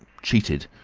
cheated!